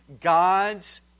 God's